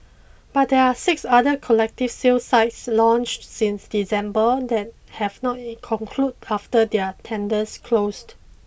but there are six other collective sale sites launched since December that have not concluded after their tenders closed